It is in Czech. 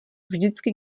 vždycky